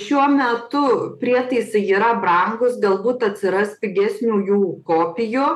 šiuo metu prietaisai yra brangūs galbūt atsiras pigesnių jų kopijo